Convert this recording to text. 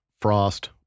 Frost